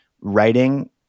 writing